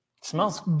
smells